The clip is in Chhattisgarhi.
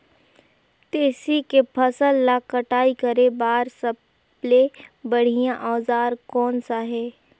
तेसी के फसल ला कटाई करे बार सबले बढ़िया औजार कोन सा हे?